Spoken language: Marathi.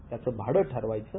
त्याचं भाडं ठरवायचं